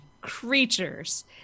creatures